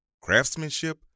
Craftsmanship